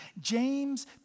James